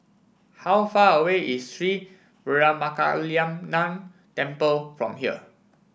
how far away is Sri Veeramakaliamman Temple from here